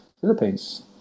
Philippines